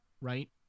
right